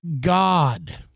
God